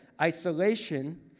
Isolation